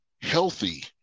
healthy